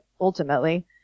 ultimately